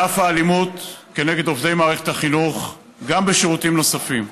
ואף האלימות כנגד עובדי מערכת החינוך בשירותים נוספים,